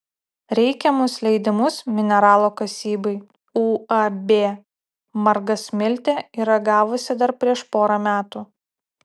reikiamus leidimus mineralo kasybai uab margasmiltė yra gavusi dar prieš porą metų